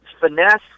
finesse